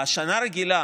בשנה רגילה,